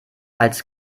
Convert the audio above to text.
als